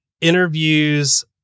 interviews